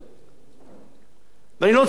אני לא רוצה להרחיב דברים כרגע,